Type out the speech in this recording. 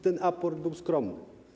Ten aport był skromny.